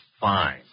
fine